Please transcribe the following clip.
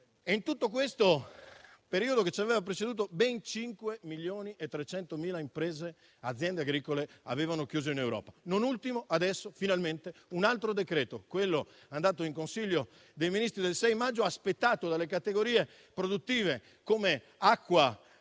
E, in tutto questo periodo che ci ha preceduto, ben 5 milioni e 300.000 imprese e aziende agricole avevano chiuso in Europa. Non ultimo adesso, finalmente, un altro decreto, quello andato in Consiglio dei ministri il 6 maggio, aspettato dalle categorie produttive come acqua